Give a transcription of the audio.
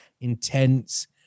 intense